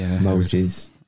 Moses